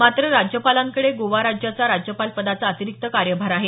मात्र राज्यपालांकडे गोवा राज्याच्या राज्यपाल पदाचा अतिरिक्त कार्यभार आहे